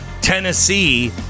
Tennessee